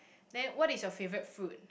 then what is your favourite fruit